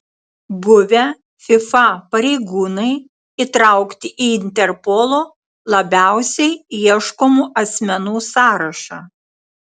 buvę fifa pareigūnai įtraukti į interpolo labiausiai ieškomų asmenų sąrašą